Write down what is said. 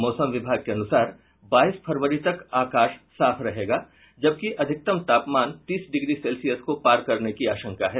मौसम विभाग के अनुसार बाईस फरवरी तक आकाश साफ रहेगा जबकि अधिकतम तापमान तीस डिग्री सेल्सियस को पार करने की आशंका है